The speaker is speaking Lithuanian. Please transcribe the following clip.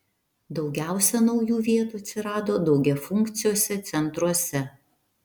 daugiausia naujų vietų atsirado daugiafunkciuose centruose